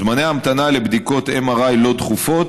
זמני ההמתנה לבדיקות MRI לא דחופות,